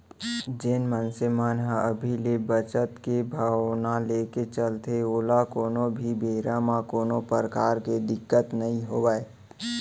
जेन मनसे मन ह अभी ले बचत के भावना लेके चलथे ओला कोनो भी बेरा म कोनो परकार के दिक्कत नइ होवय